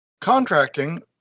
contracting